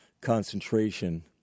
concentration